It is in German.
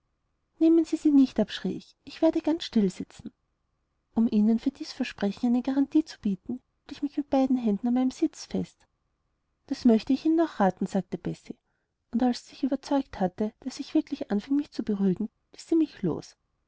nehmen sie sie nicht ab schrie ich ich werde ganz still sitzen um ihnen für dies versprechen eine garantie zu bieten hielt ich mich mit beiden händen an meinem sitz fest das möchte ich ihnen auch raten sagte bessie und als sie sich überzeugt hatte daß ich wirklich anfing mich zu beruhigen ließ sie mich los